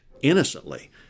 innocently